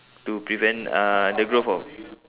to prevent uh the growth of